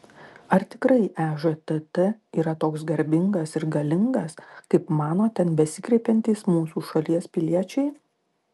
ar tikrai ežtt yra toks garbingas ir galingas kaip mano ten besikreipiantys mūsų šalies piliečiai